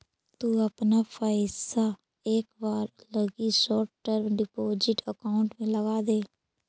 तु अपना पइसा एक बार लगी शॉर्ट टर्म डिपॉजिट अकाउंट में लगाऽ दे